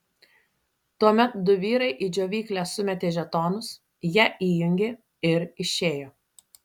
tuomet du vyrai į džiovyklę sumetė žetonus ją įjungė ir išėjo